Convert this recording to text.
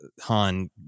Han